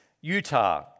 Utah